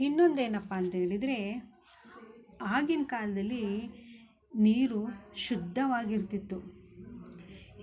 ಇನ್ನೊಂದು ಏನಪ್ಪ ಅಂತ ಹೇಳಿದರೆ ಆಗಿನ ಕಾಲ್ದಲ್ಲಿ ನೀರು ಶುದ್ಧವಾಗಿರ್ತಿತ್ತು